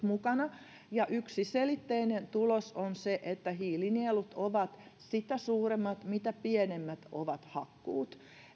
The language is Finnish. mukana ja yksiselitteinen tulos on se että hiilinielut ovat sitä suuremmat mitä pienemmät ovat hakkuut